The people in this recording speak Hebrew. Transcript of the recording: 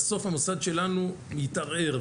בסוף המוסד שלנו יתערער.